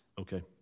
Okay